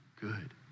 good